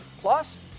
Plus